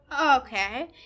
Okay